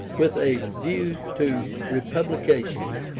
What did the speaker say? with a view to republication,